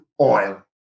oil